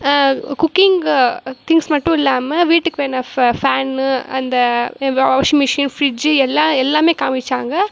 குக்கிங்கு things மட்டும் இல்லாமல் வீட்டுக்கு வேண்டுற ஃபே ஃபேனு அந்த வாஷிங்மிஷின் ஃப்ரிட்ஜு எல்லாம் எல்லாமே காமித்தாங்க